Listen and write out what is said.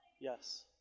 Yes